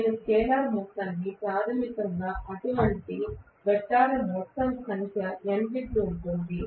నేను స్కేలార్ మొత్తాన్ని ప్రాథమికంగా అటువంటి వెక్టర్ల మొత్తం సంఖ్య n రెట్లు ఉంటుంది